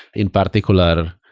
in particular,